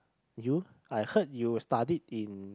you I heard you studied in